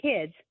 kids